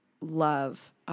love